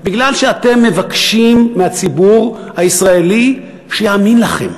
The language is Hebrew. כי אתם מבקשים מהציבור הישראלי שיאמין לכם.